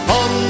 on